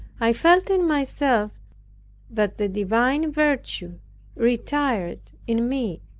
i felt in myself that the divine virtue retired in me.